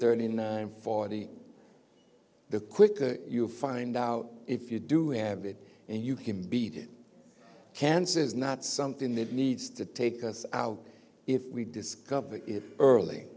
thirty nine forty the quicker you find out if you do have it and you can beat cancer is not something that needs to take us out if we discover it early